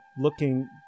looking